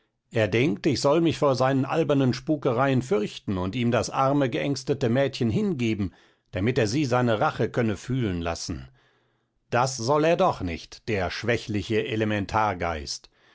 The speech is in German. er denkt ich soll mich vor seinen albernen spukereien fürchten und ihm das arme geängstete mädchen hingeben damit er sie seine rache könne fühlen lassen das soll er doch nicht der schwächliche